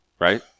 Right